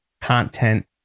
content